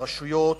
לרשויות,